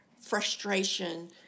frustration